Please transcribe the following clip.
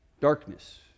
Darkness